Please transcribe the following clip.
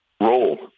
role